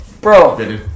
bro